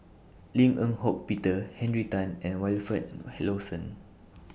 Lim Eng Hock Peter Henry Tan and Wilfed Lawson